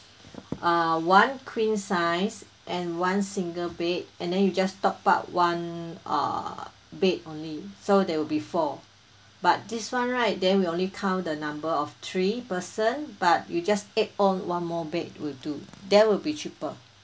uh one queen size and one single bed and then you just top up one uh bed only so that will be four but this [one] right then we only count the number of three person but you just add on one more bed will do that will be cheaper